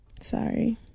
Sorry